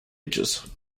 ages